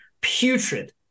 Putrid